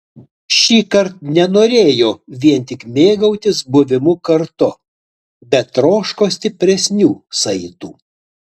šįkart nenorėjo vien tik mėgautis buvimu kartu bet troško stipresnių saitų